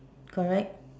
correct